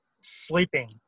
sleeping